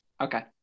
Okay